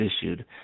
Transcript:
issued